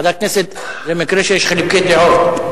ועדת הכנסת, למקרה שיש חילוקי דעות.